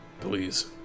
Please